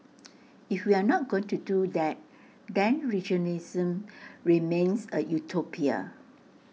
if we are not going to do that then regionalism remains A utopia